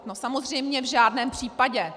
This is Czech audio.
No samozřejmě v žádném případě.